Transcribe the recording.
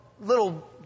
little